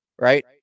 right